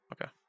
okay